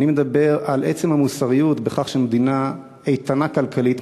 אני מדבר על עצם המוסריות בכך שמדינה איתנה כלכלית,